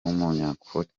w’umunyakote